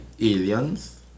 aliens